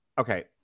okay